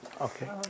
Okay